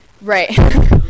right